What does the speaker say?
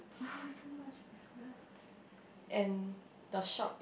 so much difference